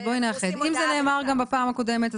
אם זה נאמר גם בפעם הקודמת,